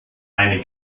eine